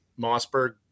Mossberg